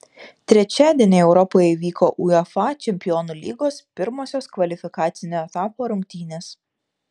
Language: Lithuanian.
trečiadienį europoje įvyko uefa čempionų lygos pirmosios kvalifikacinio etapo rungtynės